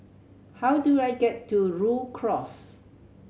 how do I get to Rhu Cross